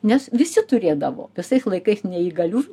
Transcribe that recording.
nes visi turėdavo visais laikais neįgalių